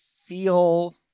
feel